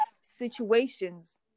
situations